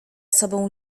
sobą